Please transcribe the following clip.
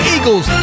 Eagles